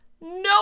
no